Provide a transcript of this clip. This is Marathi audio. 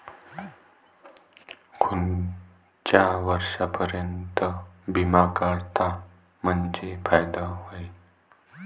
कोनच्या वर्षापर्यंत बिमा काढला म्हंजे फायदा व्हते?